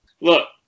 look